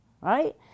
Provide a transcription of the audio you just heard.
right